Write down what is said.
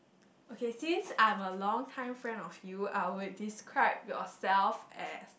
okay since I'm a long time friend of you I would describe yourself as